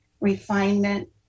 refinement